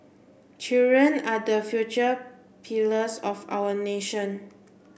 children are the future pillars of our nation